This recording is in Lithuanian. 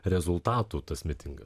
rezultatų tas mitingas